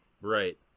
Right